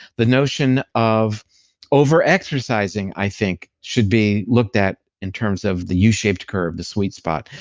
the notion of over-exercising i think should be looked at in terms of the u-shaped curve, the sweet spot.